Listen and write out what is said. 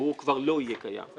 והוא כבר לא יהיה קיים,